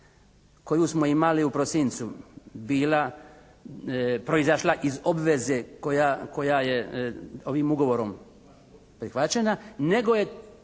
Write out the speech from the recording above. koju smo imali u prosincu bila, proizašla iz obveze koja je ovim ugovorom prihvaćena nego je